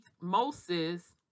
Moses